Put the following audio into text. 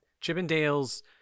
Chippendale's